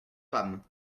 femmes